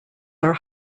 are